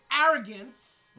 arrogance